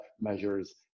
measures